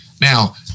Now